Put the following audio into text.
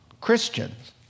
Christians